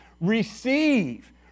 Receive